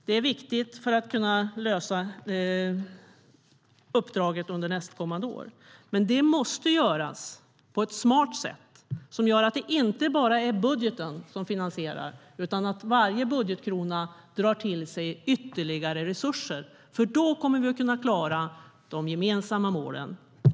Det är viktigt för att kunna lösa uppdraget under nästkommande år, men det måste göras på ett smart sätt som gör att det inte bara är budgeten som finansierar, utan att varje budgetkrona drar till sig ytterligare resurser. Då kommer vi att kunna klara de gemensamma målen.